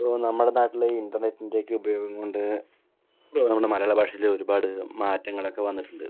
ഇപ്പോൾ നമ്മുടെ നാട്ടിൽ ഇൻറ്റർനെറ്റിൻന്റെയൊക്കെ ഉപയോഗം കൊണ്ട് നമ്മുടെ മലയാള ഭാഷയിൽ ഒരുപാട് മാറ്റങ്ങളൊക്കെ വന്നിട്ടുണ്ട്